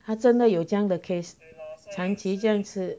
他真的有这样的 case 长期这样子